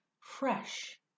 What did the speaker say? fresh